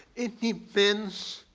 it depends.